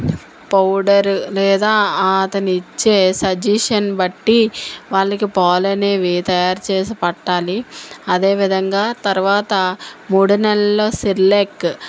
powder లేదా అతను ఇచ్చే సజెషన్ బట్టి వాళ్ళకి పాలు అనేవి తయారు చేసి పట్టాలి అదేవిధంగా తర్వాత మూడు నెలలో సెరిల్యాక్